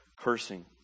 cursing